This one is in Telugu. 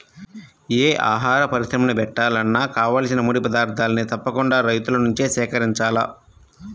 యే ఆహార పరిశ్రమని బెట్టాలన్నా కావాల్సిన ముడి పదార్థాల్ని తప్పకుండా రైతుల నుంచే సేకరించాల